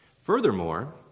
Furthermore